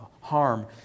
harm